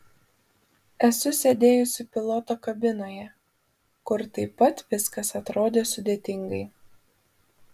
esu sėdėjusi piloto kabinoje kur taip pat viskas atrodė sudėtingai